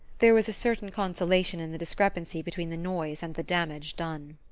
there was a certain consolation in the discrepancy between the noise and the damage done.